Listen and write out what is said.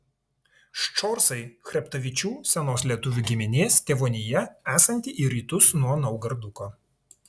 ščorsai chreptavičių senos lietuvių giminės tėvonija esanti į rytus nuo naugarduko